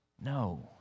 No